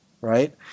right